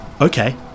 Okay